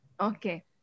Okay